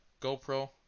GoPro